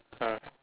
ah